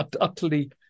utterly